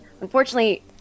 unfortunately